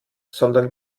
sondern